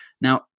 Now